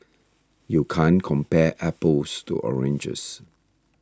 you can't compare apples to oranges